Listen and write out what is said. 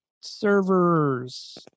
servers